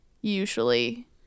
Usually